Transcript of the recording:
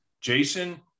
Jason